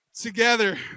together